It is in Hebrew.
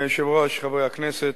אדוני היושב-ראש, חברי הכנסת,